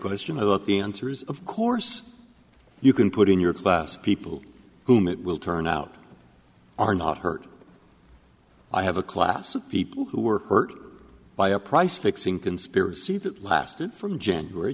question look the answer is of course you can put in your class people whom it will turn out are not hurt i have a class of people who were hurt by a price fixing conspiracy that lasted from january